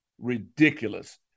ridiculous